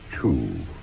two